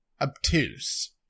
obtuse